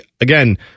Again